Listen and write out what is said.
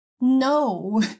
no